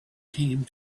came